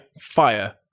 fire